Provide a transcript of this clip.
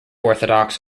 orthodox